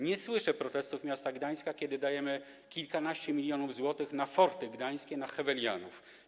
Nie słyszę protestów miasta Gdańska, kiedy dajemy kilkanaście milionów złotych na forty gdańskie, na Hevelianum.